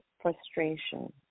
frustration